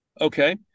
Okay